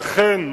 לכן,